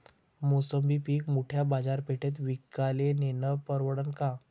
मोसंबी पीक मोठ्या बाजारपेठेत विकाले नेनं परवडन का?